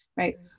Right